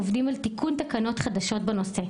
עובדים על התקנת תקנות חדשות בנושא,